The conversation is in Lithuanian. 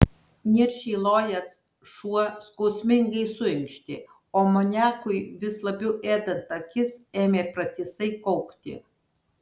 niršiai lojęs šuo skausmingai suinkštė o amoniakui vis labiau ėdant akis ėmė pratisai kaukti